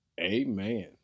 amen